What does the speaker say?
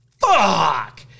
fuck